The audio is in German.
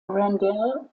randall